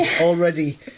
already